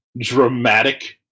dramatic-